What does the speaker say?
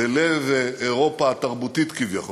בלב אירופה התרבותית, כביכול.